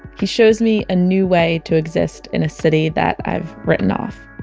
he shows me a new way to exist in a city that i've written off